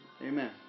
Amen